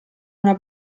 una